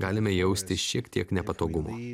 galime jausti šiek tiek nepatogumo